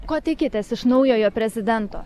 ko tikitės iš naujojo prezidento